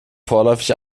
vorläufig